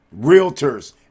realtors